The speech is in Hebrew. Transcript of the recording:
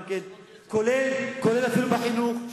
כולל אפילו בחינוך,